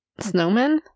Snowmen